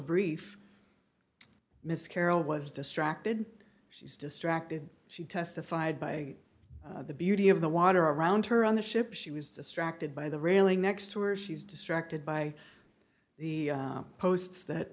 brief miss carroll was distracted she's distracted she testified by the beauty of the water around her on the ship she was distracted by the railing next to or she was distracted by the posts that